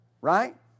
right